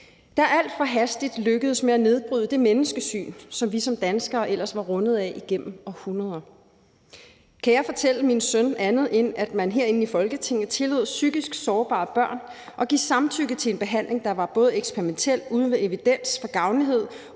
der alt for hastigt lykkedes med at nedbryde det menneskesyn, som vi som danskere ellers var rundet af igennem århundreder? Kan jeg stå over for min søn og fortælle ham andet, end at man herinde i Folketinget tillod psykisk sårbare børn at give samtykke til en behandling, der var både eksperimentel, uden evidens i forhold